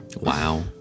Wow